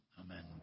Amen